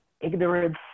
ignorance